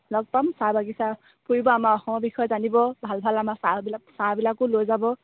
লগ পাম চাহ বাগিচা ফুৰিব আমাৰ অসমৰ বিষয়ে জানিব ভাল ভাল আমাৰ চাহবিলাক চাহবিলাকো লৈ যাব